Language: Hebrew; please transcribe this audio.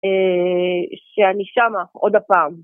שאני שמה עוד הפעם.